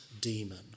demon